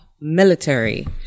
military